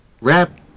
Wrap